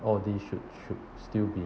all these should should still be